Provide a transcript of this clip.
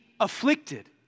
Afflicted